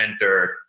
enter